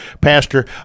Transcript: Pastor